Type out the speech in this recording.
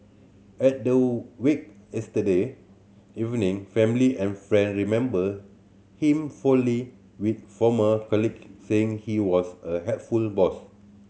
at the wake yesterday evening family and friends remembered him fondly with former colleagues saying he was a helpful boss